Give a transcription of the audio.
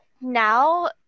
now